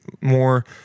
more